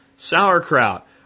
sauerkraut